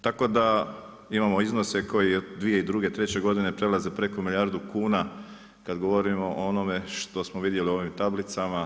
Tako da imamo odnose koji 2002., treće godine prelaze preko milijardu kuna kad govorimo o onome što smo vidjeli u ovim tablicama.